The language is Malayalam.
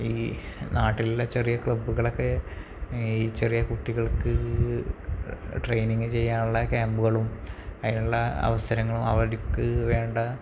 ഈ നാട്ടിലുള്ള ചെറിയ ക്ലബുകളൊക്കെ ഈ ചെറിയ കുട്ടികൾക്ക് ട്രെയിനിങ് ചെയ്യാനുള്ള ക്യാമ്പുകളും അതിനുള്ള അവസരങ്ങളും അവർക്ക് വേണ്ട